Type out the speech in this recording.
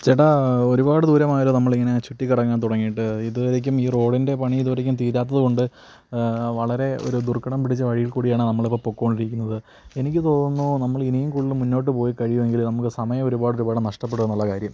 ചേട്ടാ ഒരുപാട് ദൂരമായല്ലോ നമ്മളിങ്ങനെ ചുറ്റി കറങ്ങാൻ തുടങ്ങിയിട്ട് ഇതുവരേക്കും ഈ റോഡിൻ്റെ പണി ഇതുവരേക്കും തീരാത്തത് കൊണ്ട് വളരെ ഒരു ദുർഘടം പിടിച്ച വഴിയിൽ കൂടിയാണ് നമ്മൾ ഇപ്പോൾ പോയിക്കൊണ്ടിരിക്കുന്നത് എനിക്ക് തോന്നുന്നു നമ്മളിനിയും കൂടുതൽ മുന്നോട്ട് പോയി കഴിയുവെങ്കിൽ നമ്മൾ സമയം ഒരുപാടൊരുപാട് നഷ്ടപെടുന്നുള്ളൊരു കാര്യം